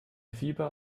fieber